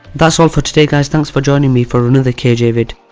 that's all for today, guys. thanks for joining me for another kj vid.